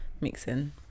mixing